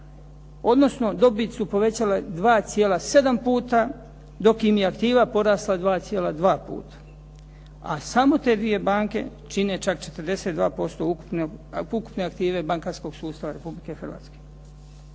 odnosno dobit su povećale 2,7 puta dok im je aktiva porasla 2,2 puta. A samo te dvije banke čine čak 42% ukupne aktive bankarskog sustava Republike Hrvatske.